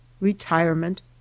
RETIREMENT